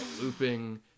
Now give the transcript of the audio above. looping